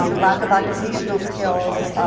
um lack of occupational skills,